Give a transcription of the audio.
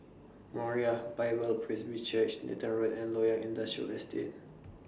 Moriah Bible Presby Church Nathan Road and Loyang Industrial Estate